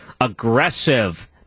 Aggressive